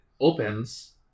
opens